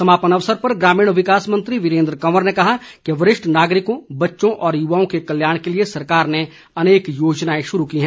समापन अवसर पर ग्रामीण विकास मंत्री वीरेन्द्र कंवर ने कहा कि वरिष्ठ नागरिकों बच्चों और युवाओं के कल्याण के लिए सरकार ने अनेक योजनाएं शुरू की हैं